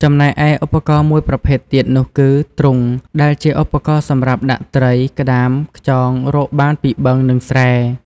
ចំណែកឯឧបករណ៍មួយប្រភេទទៀតនោះគឺ ទ្រុង ដែលជាឧបករណ៍សម្រាប់ដាក់តី្រ ក្ដាម ខ្យងរកបានពីបឹង និងស្រែ។